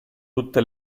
tutte